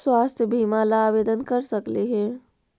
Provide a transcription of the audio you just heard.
स्वास्थ्य बीमा ला आवेदन कर सकली हे?